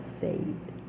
saved